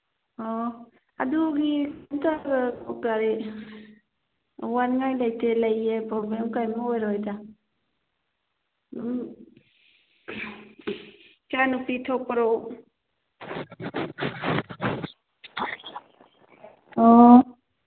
ꯑꯣ ꯑꯗꯨꯒꯤ ꯋꯥꯅꯤꯉꯥꯏ ꯂꯩꯇꯦ ꯂꯩꯌꯦ ꯄ꯭ꯔꯣꯕ꯭ꯂꯦꯝ ꯛꯔꯤꯝꯇ ꯑꯣꯏꯔꯣꯏꯗ ꯎꯝ ꯏꯆꯥꯅꯨꯄꯤ ꯊꯣꯛꯄꯔꯣ ꯑꯣ